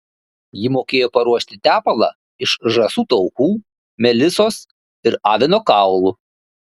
ji mokėjo paruošti tepalą iš žąsų taukų melisos ir avino kaulų